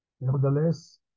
nevertheless